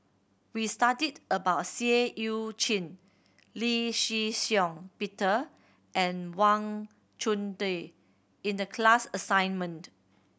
we studied about Seah Eu Chin Lee Shih Shiong Peter and Wang Chunde in the class assignment